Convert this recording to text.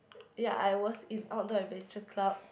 ya I was in Outdoor Adventure Club